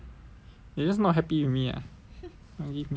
they just not happy ah don't want give me